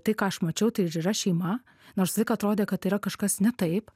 tai ką aš mačiau tai ir yra šeima nors visąlaik atrodė kad tai yra kažkas ne taip